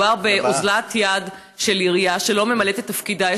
מדובר באוזלת יד של עירייה שלא ממלאת את תפקידה.